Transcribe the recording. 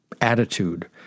attitude